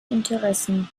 interessen